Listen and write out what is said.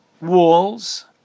walls